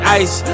ice